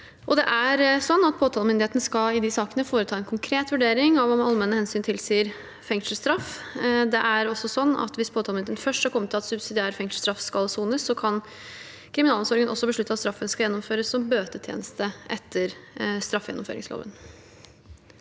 sakene skal foreta en konkret vurdering av om allmenne hensyn tilsier fengselsstraff. Det er også slik at hvis påtalemyndigheten først har kommet til at subsidiær fengselsstraff skal sones, kan kriminalomsorgen også beslutte at straffen skal gjennomføres som bøtetjeneste etter straffegjennomføringsloven.